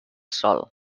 sol